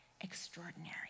extraordinary